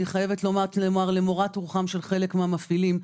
אני חייבת לומר שלמורת רוחם של חלק מהמפעילים.